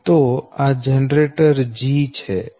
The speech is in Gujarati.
તો આ જનરેટર G છે